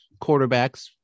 quarterbacks